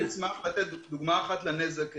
יושב-ראש הוועדה, אני אשמח לתת דוגמה אחת לנזק.